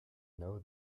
know